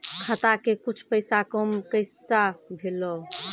खाता के कुछ पैसा काम कैसा भेलौ?